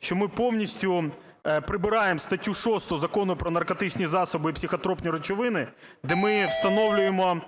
що ми повністю прибираємо статтю 6 Закону про наркотичні засоби і психотропні речовини, де ми встановлюємо,